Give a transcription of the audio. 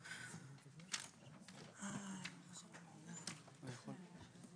כבוד היושב-ראש,